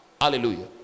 Hallelujah